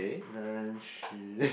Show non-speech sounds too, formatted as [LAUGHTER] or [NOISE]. then she [LAUGHS]